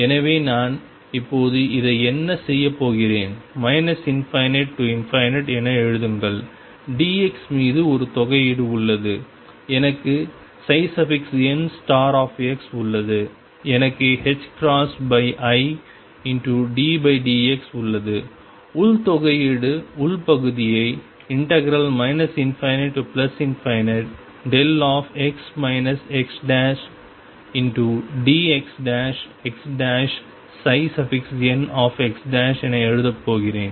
எனவே நான் இப்போது இதை என்ன செய்யப் போகிறேன் ∞ to என எழுதுங்கள் dx மீது ஒரு தொகையீடு உள்ளது எனக்கு n உள்ளது எனக்கு iddx உள்ளது உள் தொகையீடு உள் பகுதியை ∞x xdxxnx என எழுதப் போகிறேன்